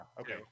Okay